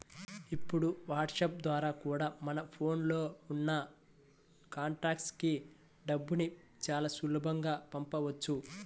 ఇప్పుడు వాట్సాప్ ద్వారా కూడా మన ఫోన్ లో ఉన్న కాంటాక్ట్స్ కి డబ్బుని చాలా సులభంగా పంపించవచ్చు